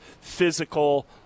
physical